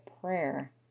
prayer